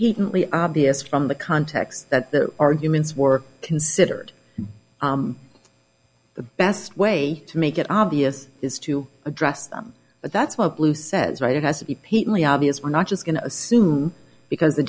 evenly obvious from the context that the arguments were considered the best way to make it obvious is to address them but that's what lew says right it has to be paid only obvious we're not just going to assume because the